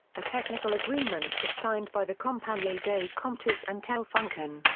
a technical agreement was signed by the compagnie des compteurs and telefunken,